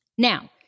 Now